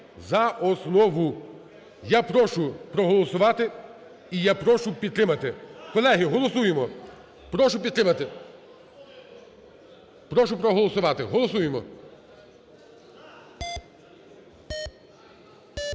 за основу. Я прошу проголосувати і я прошу підтримати. Колеги, голосуємо, прошу підтримати, прошу проголосувати. Голосуємо.